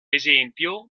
esempio